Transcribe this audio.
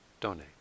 donate